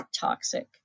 toxic